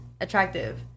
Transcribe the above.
attractive